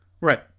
Right